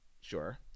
sure